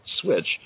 switch